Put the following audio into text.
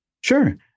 Sure